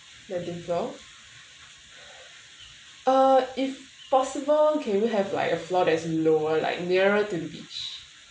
nineteen floor uh if possible can we have like a floor that's lower like nearer to beach